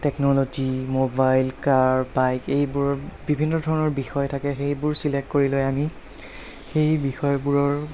technology mobile car bike এইবোৰৰ বিভিন্ন ধৰণৰ বিষয় থাকে সেইবোৰ চিলেক্ট কৰি লৈ আমি সেই বিষয়বোৰৰ